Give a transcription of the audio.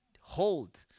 hold